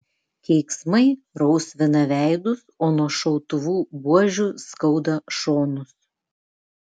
keiksmai rausvina veidus o nuo šautuvų buožių skauda šonus